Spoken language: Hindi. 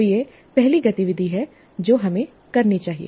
तो यह पहली गतिविधि है जो हमें करनी चाहिए